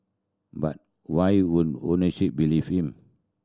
but why wouldn't owners believe him